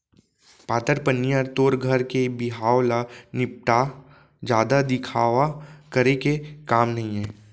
पातर पनियर तोर घर के बिहाव ल निपटा, जादा दिखावा करे के काम नइये